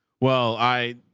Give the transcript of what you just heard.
well, i,